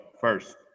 first